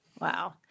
Wow